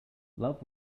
love